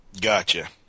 gotcha